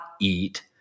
eat